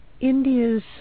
India's